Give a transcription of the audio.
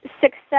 success